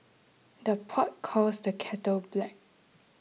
the pot calls the kettle black